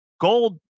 gold